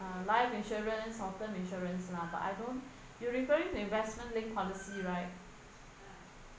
uh life insurance or term insurance lah but I don't you referring to investment link policy right